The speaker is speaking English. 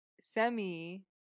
Semi